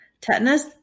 tetanus